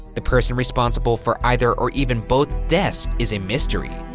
the person responsible for either or even both deaths is a mystery.